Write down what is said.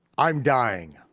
i'm dying.